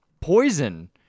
poison